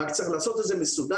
רק צריך לעשות את זה מסודר.